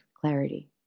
clarity